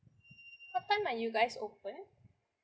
what time are you guys open